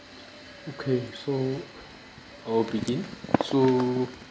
okay so I will begin so